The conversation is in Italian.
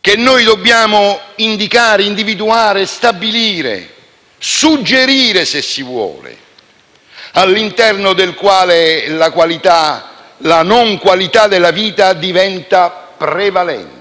che dobbiamo indicare, individuare, stabilire e suggerire, se si vuole, all'interno del quale la non qualità della vita diventa prevalente?